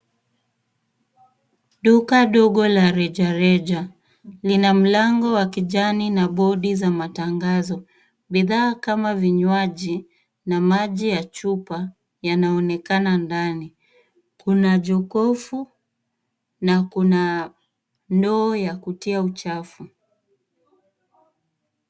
Duka ndogo la kirejareja lina mlango wa kijani na bodi za tangazo. Bidhaa kama vunywaji na maji ya chupa yanaonekana ndani, kuna jokofu na kuna ndoo ya kutia uchafu.